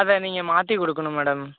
அதை நீங்கள் மாற்றி கொடுக்கணும் மேடம்